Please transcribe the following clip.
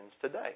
today